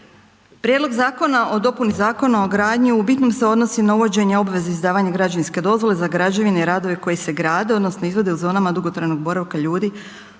Prijedlog zakona o dopuni Zakona o gradnji u bitnom se odnosi na uvođenje obveze izdavanje građevinske dozvole za građevine i radove koji se grade odnosno izvode u zonama dugotrajnog boravka ljudi